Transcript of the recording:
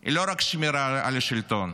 היא לא רק שמירה על השלטון,